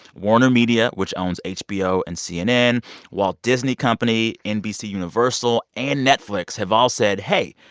warnermedia which owns hbo and cnn walt disney company, nbc universal and netflix have all said, hey,